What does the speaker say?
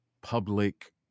public